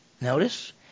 Notice